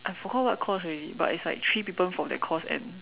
I forgot what course already but it's like three people from that course and